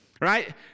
Right